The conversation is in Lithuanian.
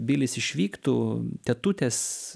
bilis išvyktų tetutės